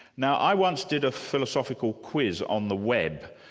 now i once did a philosophical quiz on the web.